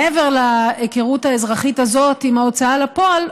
מעבר להיכרות האזרחית הזאת עם ההוצאה לפועל,